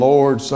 Lord